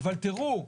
אבל תראו,